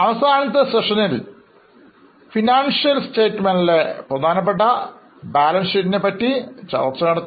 അവസാനത്തെ സെഷനിൽ financial statement ലെ പ്രധാനപ്പെട്ട ബാലൻസ് ഷീറ്റ് നെ പറ്റി ചർച്ച ചെയ്തു